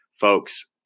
Folks